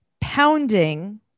pounding